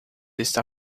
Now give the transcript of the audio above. está